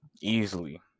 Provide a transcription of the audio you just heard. Easily